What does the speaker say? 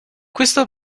questo